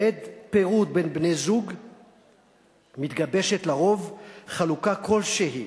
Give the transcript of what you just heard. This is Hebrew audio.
בעת פירוד בין בני-זוג מתגבשת על-פי רוב חלוקה כלשהי